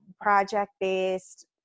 project-based